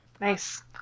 Nice